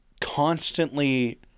constantly